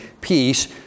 peace